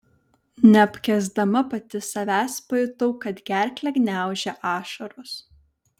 neapkęsdama pati savęs pajutau kad gerklę gniaužia ašaros